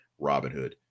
Robinhood